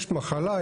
יש מחלה,